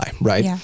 right